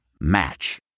Match